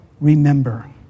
remember